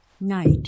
Night